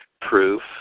proof